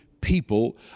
people